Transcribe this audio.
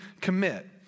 commit